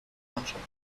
mannschaft